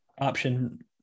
option